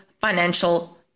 financial